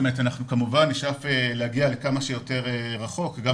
כמובן שנשאף להגיע לכמה שיותר רחוק גם